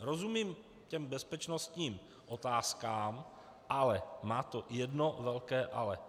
Rozumím těm bezpečnostním otázkám, ale má to jedno velké ale.